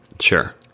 Sure